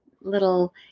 little